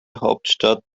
hauptstadt